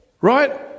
right